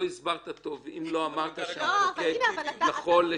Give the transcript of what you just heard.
לא הסברת טוב אם לא אמרת שהמחוקק יכול לשנות.